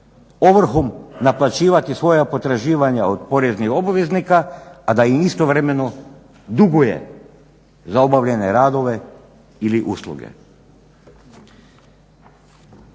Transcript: ovrhom naplaćivati svoja potraživanja od poreznih obveznika, a da im istovremeno duguje za obavljene radove ili usluge.